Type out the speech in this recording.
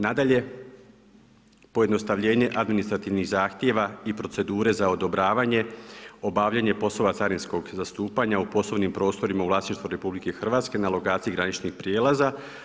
Nadalje, pojednostavljenje administrativnih zahtjeva i procedure za odobravanje, obavljanje poslova carinskog zastupanja u poslovnim prostorima u vlasništvu RH na lokaciji graničnih prijelaza.